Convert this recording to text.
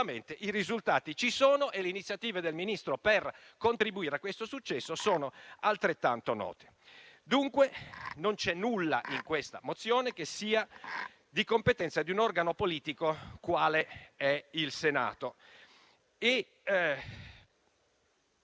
certamente ci sono e le iniziative del Ministro per contribuire al successo sono altrettanto note. Non c'è dunque nulla in questa mozione che sia di competenza di un organo politico quale è il Senato.